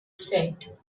said